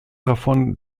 davon